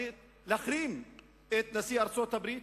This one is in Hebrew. להחרים את נשיא ארצות-הברית?